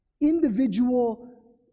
individual